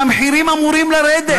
המחירים אמורים לרדת.